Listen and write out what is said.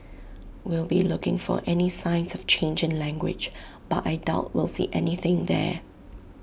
we'll be looking for any signs of change in language but I doubt will see anything there